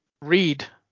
read